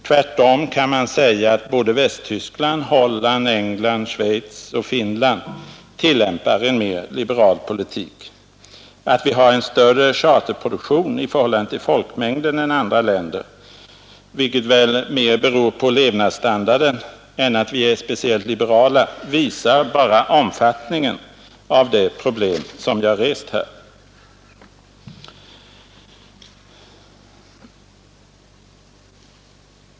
Tvärtom kan man säga att både Västtyskland, Holland, England, Schweiz och Finland tillämpar en mer liberal politik. Att vi har en större charterproduktion i förhållande till folkmängden än andra länder, vilket väl mer beror på levnadsstandarden än att vi är speciellt liberala, visar bara omfattningen av det problem som jag rest här.